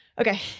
Okay